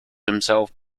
himself